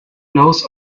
knows